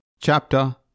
chapter